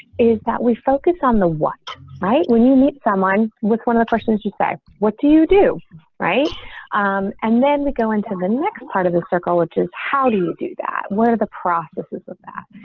is that we focus on the one right when you meet someone with one of the questions. you say, what do you do right and then we go into the next part of the circle, which is how do you do that. what are the processes of that.